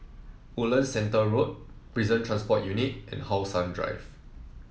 Woodlands Centre Road Prison Transport Unit and How Sun Drive